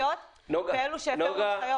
כאלו שהפרו הנחיות.